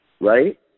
right